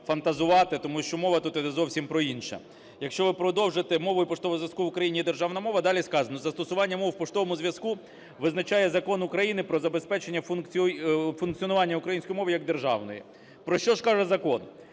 фантазувати, тому що мова тут іде зовсім про інше. Якщо ви продовжите "мовою поштового зв’язку в Україні є державна мова", далі сказано "застосування мов у поштовому зв’язку визначає Закон України про забезпечення функціонування української мови як державної". Про що ж каже закон?